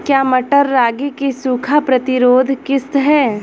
क्या मटर रागी की सूखा प्रतिरोध किश्त है?